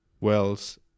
wells